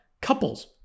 couples